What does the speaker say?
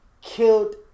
killed